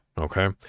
Okay